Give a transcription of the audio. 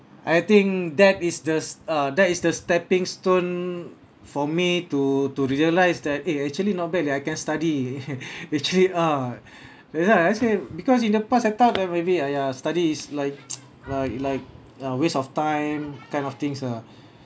I think that is the s~ uh that is the stepping stone for me to to realise that eh actually not bad that I can study actually ah that's why I actually because in the past I thought that maybe !aiya! study is like like like a waste of time kind of things ah